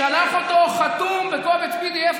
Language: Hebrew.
שלח אותו חתום בקובץ PDF,